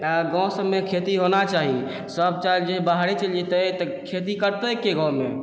तऽ गाँव सबमे खेती होना चाही सब चलि बाहरे चलि जेतै तऽ खेती करतैके गाँवमे